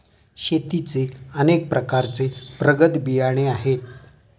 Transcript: शेतीचे अनेक प्रकारचे प्रगत बियाणे आहेत